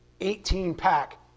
18-pack